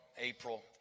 April